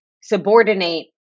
subordinate